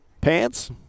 pants